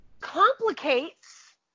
complicates